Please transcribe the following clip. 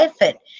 effort